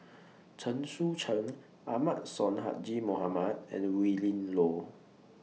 Chen Sucheng Ahmad Sonhadji Mohamad and Willin Low